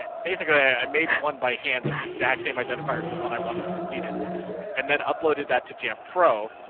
basically i made one by hand with the exact same identifier is the one i wanted to delete it and then uploaded that to jampro.